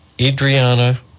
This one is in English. Adriana